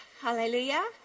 Hallelujah